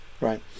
Right